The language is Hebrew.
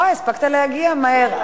אוה, הספקת להגיע מהר.